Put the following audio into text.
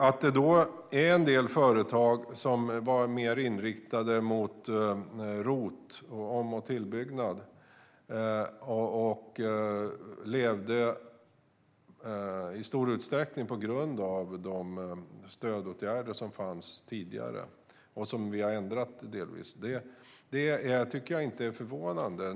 Att en del företag var mer inriktade mot ROT-tjänster och om och tillbyggnad och i stor utsträckning levde tack vare de stödåtgärder som fanns tidigare och som vi delvis har ändrat tycker jag inte är förvånande.